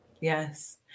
Yes